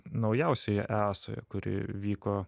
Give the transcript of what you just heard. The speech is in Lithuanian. naujausioje easoje kuri vyko